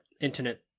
internet